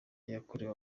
yakorewe